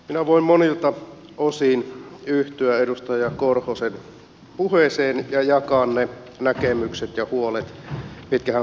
minä voin monilta osin yhtyä edustaja timo korhosen puheeseen ja jakaa ne näkemykset ja huolet mitkä hän puheessaan toi esille